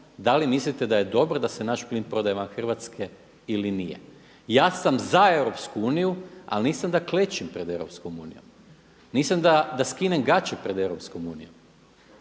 da li mislite da je dobro da se naš plin prodaje van Hrvatske ili nije. Ja sam za Europsku uniju ali nisam da klečim pred EU, nisam da skinem gače pred EU. Ja se želim